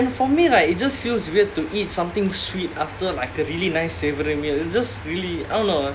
I am for me like it just feels weird to eat something sweet after like a really nice savoury meal it just really I don't know